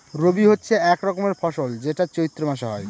রবি হচ্ছে এক রকমের ফসল যেটা চৈত্র মাসে হয়